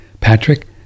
Patrick